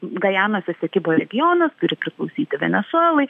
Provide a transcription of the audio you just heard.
gajanos esekibo regionas turi priklausyti venesuelai